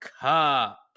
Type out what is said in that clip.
Cup